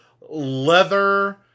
leather